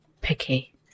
picky